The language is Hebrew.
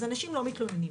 אז אנשים לא מתלוננים.